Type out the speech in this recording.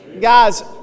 guys